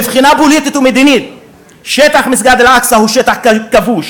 מבחינה פוליטית ומדינית שטח מסגד אל-אקצא הוא שטח כבוש,